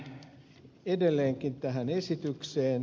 sitten edelleenkin tähän esitykseen